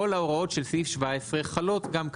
כל ההוראות של סעיף 17 חלות גם כן,